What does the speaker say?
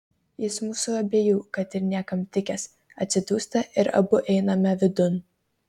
jis mūsų abiejų kad ir niekam tikęs atsidūsta ir abu einame vidun